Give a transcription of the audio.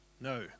No